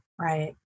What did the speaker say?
right